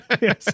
yes